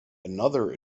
another